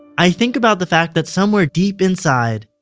i think about the fact that somewhere deep inside,